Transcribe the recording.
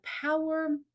power